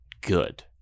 good